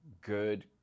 good